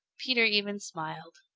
peter even smiled.